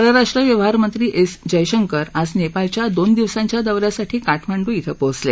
परराष्ट्र व्यवहारमंत्री एस जयशंकर आज नेपाळच्या दोन दिवसांच्या दौ यासाठी काठमांडू इथं पोचले